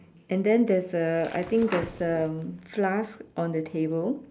and then there's a I think there's a flask on the table